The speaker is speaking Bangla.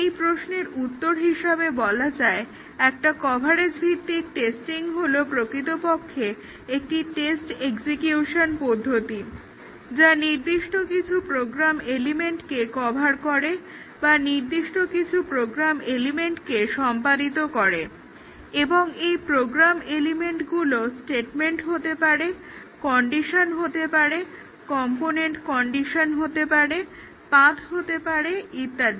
এই প্রশ্নের উত্তর হিসাবে বলা যায় একটা কভারেজ ভিত্তিক টেস্টিং হলো প্রকৃতপক্ষে একটি টেস্ট এক্সিকিউশন পদ্ধতি যা নির্দিষ্ট কিছু প্রোগ্রাম এলিমেন্টকে কভার করে বা নির্দিষ্ট কিছু প্রোগ্রাম এলিমেন্টকে সম্পাদিত করে এবং এই প্রোগ্রাম এলিমেন্টগুলো স্টেটমেন্ট হতে পারে কন্ডিশন হতে পারে কম্পোনেন্ট কন্ডিশন হতে পারে পাথ্ হতে পারে ইত্যাদি